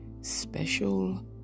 special